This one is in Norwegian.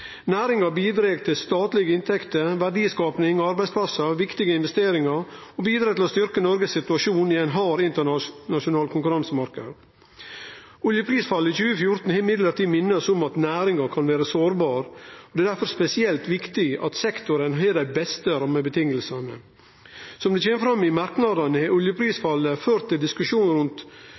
Næringa bidreg til statlege inntekter, verdiskaping, arbeidsplassar, viktige investeringar og bidreg til å styrkje Noregs situasjon i ein hard internasjonal konkurransemarknad. Oljeprisfallet i 2014 har likevel mint oss om at næringa kan vere sårbar. Det er difor spesielt viktig at sektoren har dei beste rammevilkåra. Som det kjem fram i merknadene, har oljeprisfallet ført til diskusjon rundt